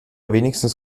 wenigstens